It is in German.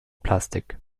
plastik